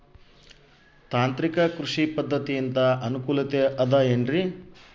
ತಾಂತ್ರಿಕ ಕೃಷಿ ಪದ್ಧತಿಯಿಂದ ಅನುಕೂಲತೆ ಅದ ಏನ್ರಿ?